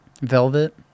velvet